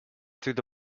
through